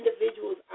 individuals